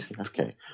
Okay